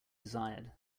desired